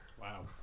Wow